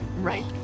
right